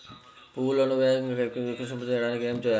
పువ్వులను వేగంగా వికసింపచేయటానికి ఏమి చేయాలి?